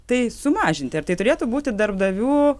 tai sumažinti ar tai turėtų būti darbdavių